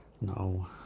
No